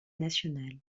nationale